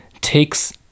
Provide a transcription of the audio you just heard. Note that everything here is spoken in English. takes